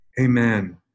Amen